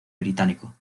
británico